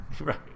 Right